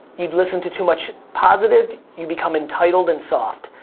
you listen to too much positive, you become entitled and soft,